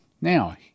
Now